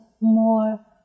more